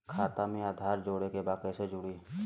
खाता में आधार जोड़े के बा कैसे जुड़ी?